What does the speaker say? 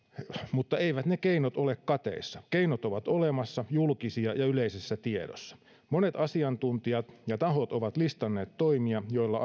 mutta eivät ne keinot ole kateissa keinot ovat olemassa julkisia ja yleisessä tiedossa monet asiantuntijat ja tahot ovat listanneet toimia joilla